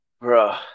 bro